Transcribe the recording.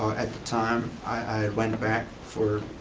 at the time i went back for